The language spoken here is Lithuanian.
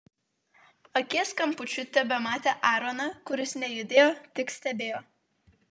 akies kampučiu tebematė aaroną kuris nejudėjo tik stebėjo